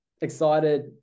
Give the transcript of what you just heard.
excited